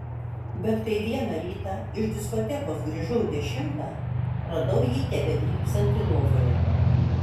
bet kai vieną rytą iš diskotekos grįžau dešimtą radau jį tebedrybsantį lovoje